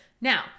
Now